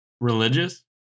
religious